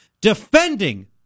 defending